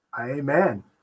Amen